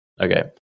Okay